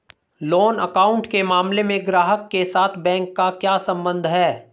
Loan account के मामले में ग्राहक के साथ बैंक का क्या संबंध है?